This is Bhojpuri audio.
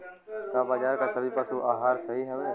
का बाजार क सभी पशु आहार सही हवें?